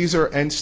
these are end